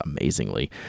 amazingly